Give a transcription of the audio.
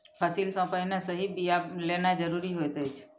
फसिल सॅ पहिने सही बिया लेनाइ ज़रूरी होइत अछि